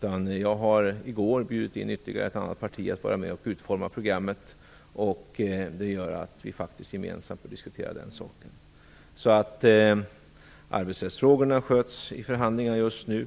Jag bjöd i går in ytterligare ett parti att vara med och utforma programmet. Det gör att vi faktiskt gemensamt får diskutera den saken. Arbetsrättsfrågorna sköts i förhandlingar just nu,